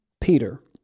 Peter